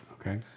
Okay